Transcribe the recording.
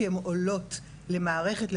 כי הן עולות למערכת,